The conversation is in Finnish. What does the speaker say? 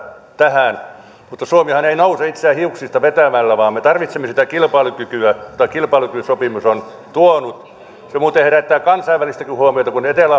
tähän mutta suomihan ei nouse itseään hiuksista vetämällä vaan me tarvitsemme sitä kilpailukykyä jota kilpailukykysopimus on tuonut se muuten herättää kansainvälistäkin huomiota kun etelä